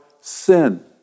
sin